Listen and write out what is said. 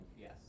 Yes